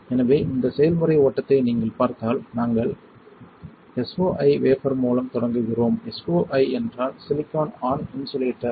எனவே இந்த செயல்முறை ஓட்டத்தை நீங்கள் பார்த்தால் நாங்கள் SOI வேபர் மூலம் தொடங்குகிறோம் SOI என்றால் சிலிக்கான் ஆன் இன்சுலேட்டர்